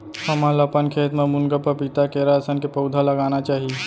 हमन ल अपन खेत म मुनगा, पपीता, केरा असन के पउधा लगाना चाही